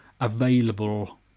available